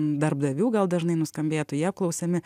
darbdavių gal dažnai nuskambėtų jie apklausiami